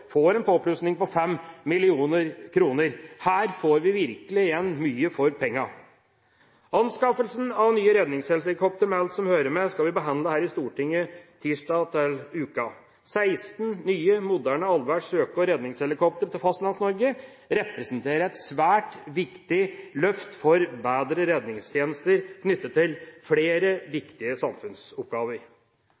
får en påplusning på 5 mill. kr. Her får vi virkelig mye igjen for pengene. Anskaffelse av nye redningshelikoptre med alt som hører med, skal vi behandle her i Stortinget tirsdag til uken. 16 nye, moderne allværs søk- og redningshelikoptre til Fastlands-Norge representerer et svært viktig løft for bedre redningstjenester knyttet til flere